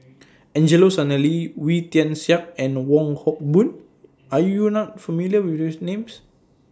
Angelo Sanelli Wee Tian Siak and Wong Hock Boon Are YOU not familiar with These Names